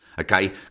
okay